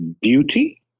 beauty